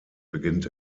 beginnt